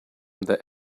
that